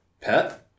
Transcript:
Pet